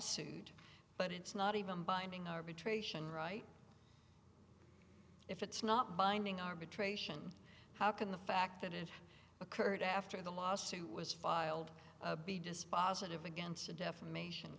suit but it's not even binding arbitration right if it's not binding arbitration how can the fact that it occurred after the lawsuit was filed be dispositive against a defamation